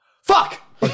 Fuck